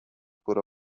por